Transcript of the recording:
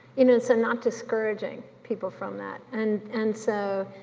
you know, so not discouraging people from that and and so,